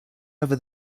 over